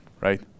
right